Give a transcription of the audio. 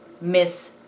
miss